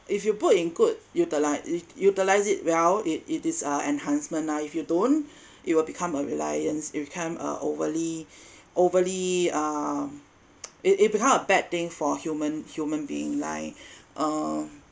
if you put include utilize u~ u~ utilize it well it it is a enhancement nah if you don't it will become a reliance it become uh overly overly um it it become a bad thing for human human being like um